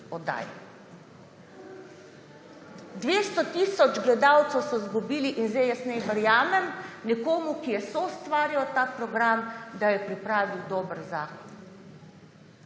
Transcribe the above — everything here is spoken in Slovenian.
200 tisoč gledalcev so izgubili in sedaj jaz naj verjamem nekomu, ki je soustvarjal ta program, da je pripravil dober zakon.